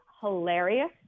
hilarious